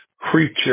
creature